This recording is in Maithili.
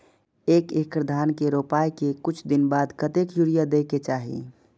एक एकड़ धान के रोपाई के कुछ दिन बाद कतेक यूरिया दे के चाही?